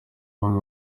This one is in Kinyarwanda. bamwe